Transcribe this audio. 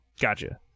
Gotcha